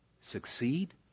succeed